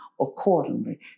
accordingly